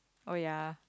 oh ya